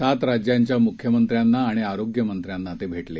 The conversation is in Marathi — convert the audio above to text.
सात राज्यांच्या मुख्यमंत्र्यांना आणि आरोग्यमंत्र्यांना ते भेटले